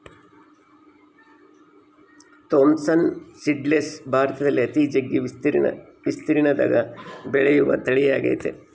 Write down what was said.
Thompson seedless ಭಾರತದಲ್ಲಿ ಅತಿ ಜಗ್ಗಿ ವಿಸ್ತೀರ್ಣದಗ ಬೆಳೆಯುವ ತಳಿಯಾಗೆತೆ